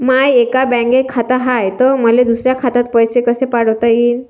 माय एका बँकेत खात हाय, त मले दुसऱ्या खात्यात पैसे कसे पाठवता येईन?